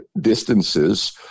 distances